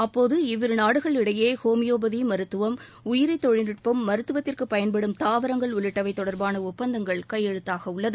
அப்போது இவ்விரு நாடுகள் இடையே ஹோமியோபதி மருத்துவம் உயிரி தொழில்நுட்பம் மருத்துவத்திற்கு பயன்படும் தாவரங்கள் உள்ளிட்டவை தொடர்பான ஒப்பந்தங்கள் கையெழுத்தாக உள்ளது